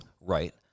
Right